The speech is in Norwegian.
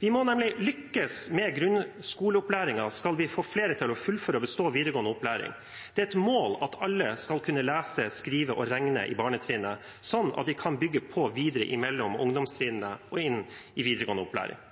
Vi må nemlig lykkes med grunnskoleopplæringen skal vi få flere til å fullføre og bestå videregående opplæring. Det er et mål at alle skal kunne lese, skrive og regne på barnetrinnet, slik at vi kan bygge på videre på mellom- og ungdomstrinnet og inn i videregående opplæring.